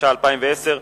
התש"ע 2010,